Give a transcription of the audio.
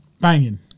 Banging